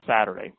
Saturday